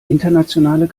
internationale